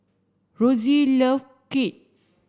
Rossie love Kheer